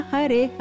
Hare